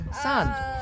sun